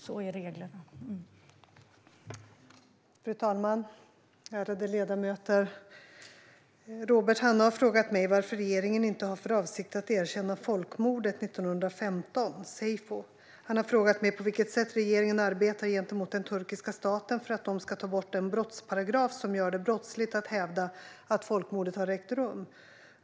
Svar på interpellationer Fru talman! Ärade ledamöter! Robert Hannah har frågat mig varför regeringen inte har för avsikt att erkänna folkmordet 1915 - seyfo. Han har frågat mig på vilket sätt regeringen arbetar gentemot den turkiska staten för att de ska ta bort den brottsparagraf som gör det brottsligt att hävda att folkmordet har ägt rum.